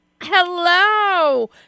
Hello